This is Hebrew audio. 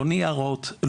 לא ניירות,